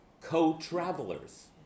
co-travelers